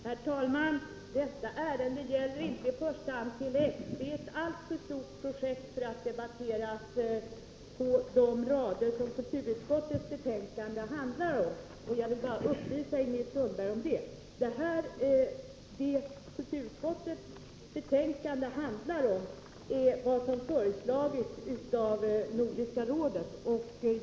Herr talman! Detta ärende gäller inte i första hand Tele-X. Det är ett alltför stort projekt för att debatteras mot bakgrund av de rader som kulturutskottets betänkande består av. Jag vill bara upplysa Ingrid Sundberg om att kulturutskottets betänkande handlar om det som föreslagits av Nordiska rådet.